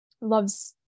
loves